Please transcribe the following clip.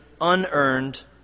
unearned